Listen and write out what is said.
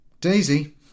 Daisy